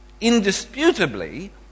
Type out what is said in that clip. indisputably